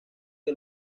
que